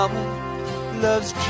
Loves